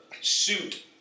suit